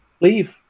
Leave